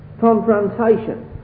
confrontation